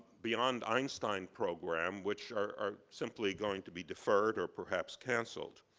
beyond einstein program, which are simply going to be deferred, or perhaps canceled.